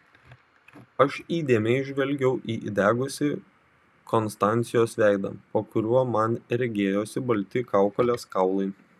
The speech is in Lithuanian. aš įdėmiai žvelgiau į įdegusį konstancijos veidą po kuriuo man regėjosi balti kaukolės kaulai